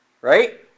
Right